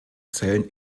zellen